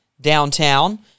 downtown